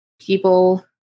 people